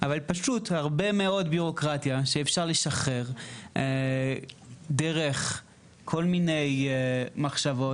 אבל פשוט הרבה מאוד בירוקרטיה שאפשר לשחרר דרך כל מיני מחשבות.